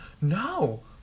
No